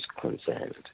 concerned